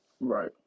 right